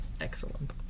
Excellent